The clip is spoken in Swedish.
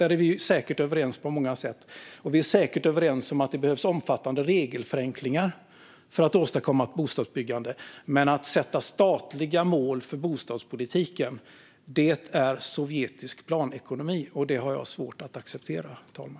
Där är vi säkert överens på många sätt. Och vi är säkert överens om att det behövs omfattande regelförenklingar för att åstadkomma ett bostadsbyggande. Men att sätta statliga mål för bostadspolitiken är sovjetisk planekonomi, och det har jag svårt att acceptera, fru talman.